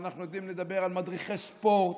ואנחנו יודעים לדבר על מדריכי ספורט,